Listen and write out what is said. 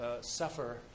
suffer